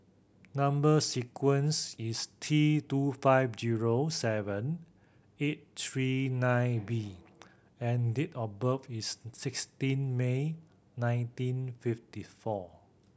number sequence is T two five zero seven eight three nine B and date of birth is sixteen May nineteen fifty four